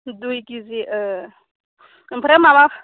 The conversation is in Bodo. दुइ किजि ओह ओमफ्राय माबा